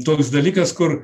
toks dalykas kur